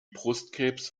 brustkrebs